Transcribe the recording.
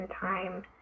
time